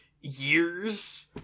years